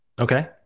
Okay